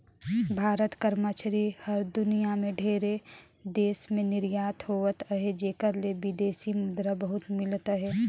भारत कर मछरी हर दुनियां में ढेरे देस में निरयात होवत अहे जेकर ले बिदेसी मुद्रा बहुत मिलत अहे